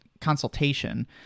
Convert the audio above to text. consultation